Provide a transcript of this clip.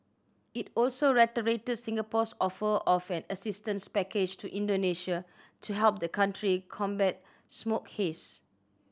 it also reiterated Singapore's offer of an assistance package to Indonesia to help the country combat smoke haze